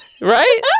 right